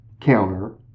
counter